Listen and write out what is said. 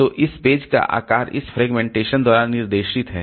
तो इस पेज का आकार इस फ्रेगमेंटेशन द्वारा निर्देशित है